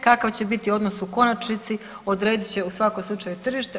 Kakav će biti odnos u konačnici, odredit će u svakom slučaju tržište.